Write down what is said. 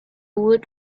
woot